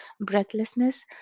breathlessness